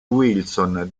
wilson